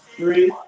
Three